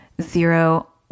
zero